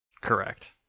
correct